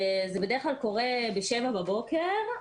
זה בדרך כלל קורה ב-07:00 בבוקר,